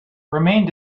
remained